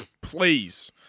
Please